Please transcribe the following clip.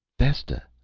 vesta,